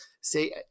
say